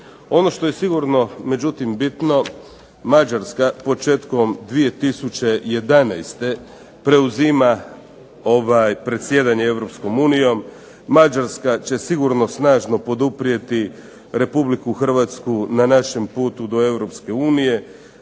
Ono što je sigurno, međutim bitno, Mađarska početkom 2011. preuzima predsjedanje EU. Mađarska će sigurno snažno poduprijeti RH na našem putu do EU.